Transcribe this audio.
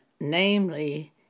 namely